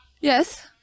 Yes